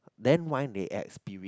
then why they add spirit